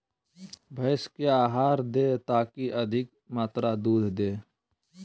भैंस क्या आहार दे ताकि अधिक मात्रा दूध दे?